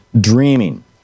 dreaming